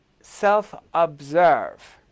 self-observe